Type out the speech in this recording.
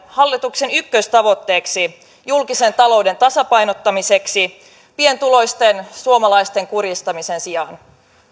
hallituksen ykköstavoitteeksi julkisen talouden tasapainottamiseksi pienituloisten suomalaisten kurjistamisen sijaan